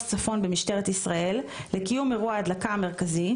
צפון במשטרת ישראל לקיום אירוע ההדלקה המרכזי,